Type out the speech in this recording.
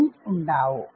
ഉം ഉണ്ടാവും